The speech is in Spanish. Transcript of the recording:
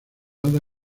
ada